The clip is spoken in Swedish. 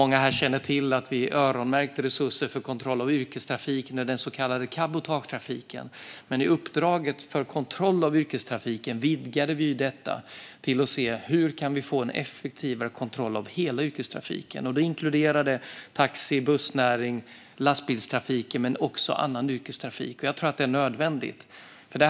Många här känner till att vi öronmärkte resurser för kontroll av yrkestrafik när det gällde den så kallade cabotagetrafiken, men i uppdraget för kontroll av yrkestrafiken vidgade vi detta till att se på hur vi kan få en effektivare kontroll av yrkestrafiken, inkluderande taxi, bussnäring och lastbilstrafik men också annan yrkestrafik. Jag tror att det är nödvändigt.